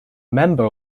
member